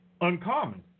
uncommon